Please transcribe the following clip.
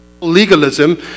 legalism